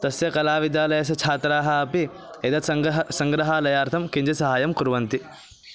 तस्य कलाविद्यालयस्य छात्राः अपि एतत् सङ्ग्रहः सङ्ग्रहालयार्थं किञ्चित् सहायं कुर्वन्ति